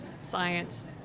science